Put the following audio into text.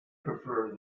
prefer